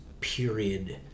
period